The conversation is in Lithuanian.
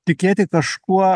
tikėti kažkuo